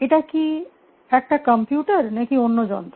এটা কি একটা কম্পিউটার নাকি অন্য যন্ত্র